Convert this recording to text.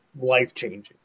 life-changing